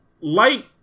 Light